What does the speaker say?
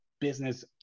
business